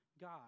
God